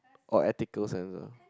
or ethical sense ah